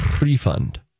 refund